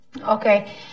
Okay